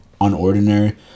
Unordinary